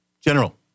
General